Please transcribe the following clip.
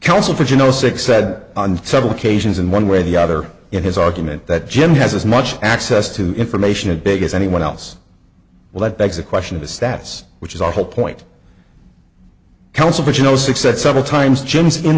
calcified you know six said on several occasions in one way or the other in his argument that jim has as much access to information of big as anyone else well that begs a question of the status which is our whole point council but you know six that several times jim's in